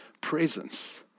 presence